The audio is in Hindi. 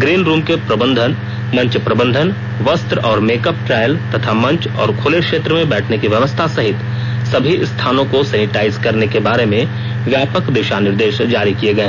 ग्रीन रूम के प्रबंधन मंच प्रबंधन वस्त्र और मेकअप ट्रायल तथा मंच और खुले क्षेत्र में बैठने की व्यवस्था सहित सभी स्थानों को सेनेटाइज करने के बारे में व्यापक दिशानिर्देश जारी किए गए हैं